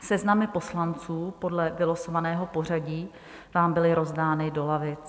Seznamy poslanců podle vylosovaného pořadí vám byly rozdány do lavic.